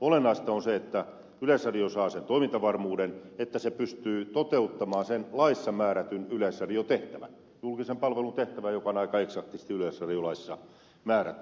olennaista on se että yleisradio saa sen toimintavarmuuden että se pystyy toteuttamaan sen laissa määrätyn yleisradion tehtävän julkisen palvelun tehtävän joka on aika eksaktisti yleisradiolaissa määrätty